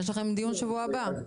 יש לכם דיון בשבוע הבא.